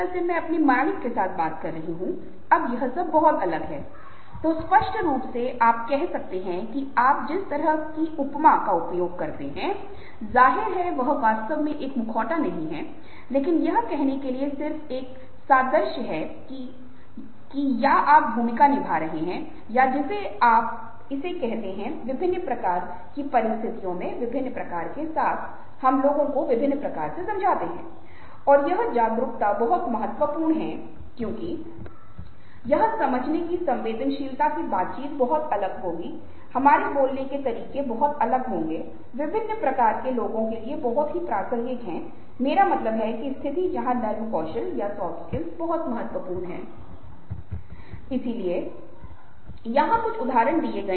अब मैं प्रशिक्षण के बारे में बात कर रहा हूं क्योंकि एक बार जब आप चेहरे की कार्रवाई कोडिंग सिस्टम के साथ काम करना शुरू कर देते हैं तो आपको लगता है कि आप खुद को प्रशिक्षित कर सकते हैं जो कुछ प्रशिक्षण मैनुअल हैं जहां आपको सूक्ष्म अभिव्यक्तियों के लिए समझने की आवश्यकता होती है जो आपको एक पल के 1 से 15 वीं बार दिखाए जाते हैं